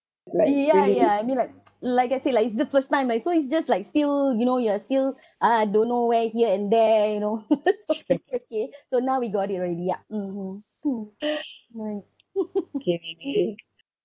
ya ya I mean like like I said like it's the first time I so it's just like still you know you are still ah don't know where here and there you know so okay so now we got it already ya mmhmm